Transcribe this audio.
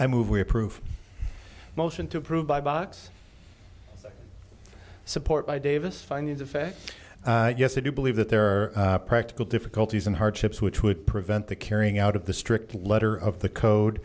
i move we are proof motion to prove by box support by davis findings of fact yes i do believe that there are practical difficulties and hardships which would prevent the carrying out of the strict letter of the code